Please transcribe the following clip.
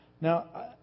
Now